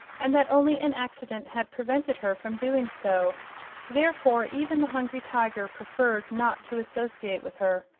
and that only an accident had prevented her from doing so therefore even the hungry tiger preferred not to associate with her.